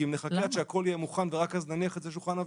כי אם נחכה עד שהכול יהיה מוכן ורק אז נניח את זה על שולחן הוועדה,